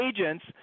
agents